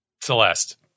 Celeste